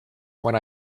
when